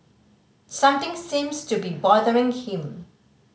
something seems to be bothering him